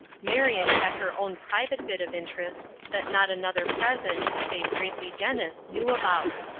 marion had her own private bit of interest that not another present, save gracie dennis knew about.